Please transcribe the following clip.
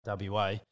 WA